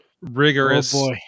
rigorous